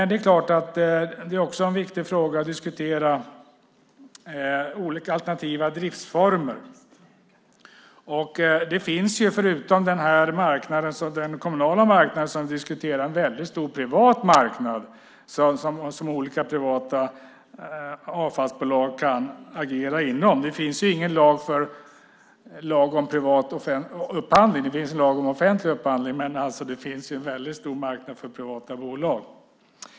Det är också en viktig fråga att diskutera olika alternativa driftsformer. Förutom den här kommunala marknaden som vi diskuterar finns det en väldigt stor privat marknad som olika privata avfallsbolag kan agera på. Det finns ingen lag om privat upphandling. Det finns en lag om offentlig upphandling. Det finns en väldigt stor marknad för privata bolag.